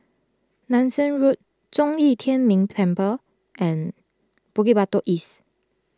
Nanson Road Zhong Yi Tian Ming Temple and Bukit Batok East